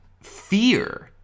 fear